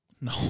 No